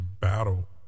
battle